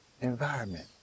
environment